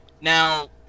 Now